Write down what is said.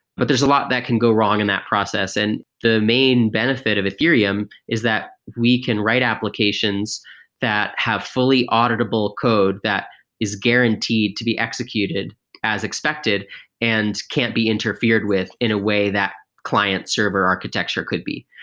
but there's a lot that can go wrong in that process, and the main benefit of ethereum is that we can write applications that have fully auditable code that is guaranteed to be executed as expected and can't be interfered with in a way that client server architecture could be.